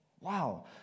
Wow